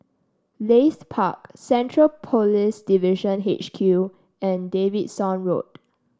Leith Park Central Police Division H Q and Davidson Road